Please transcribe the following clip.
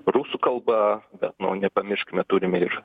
rusų kalba bet nepamirškime turime ir